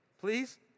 please